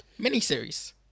miniseries